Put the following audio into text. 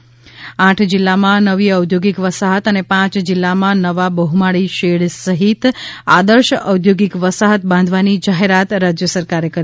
ઃ આઠ જિલ્લામાં નવી ઔદ્યોગિક વસાહત અને પાંચ જિલ્લામાં નવા બહ્માળી શેડ સહિત આદર્શ ઔધ્યોગિક વસાહત બાંધવાની જાહેરાત રાજ્ય સરકારે કરી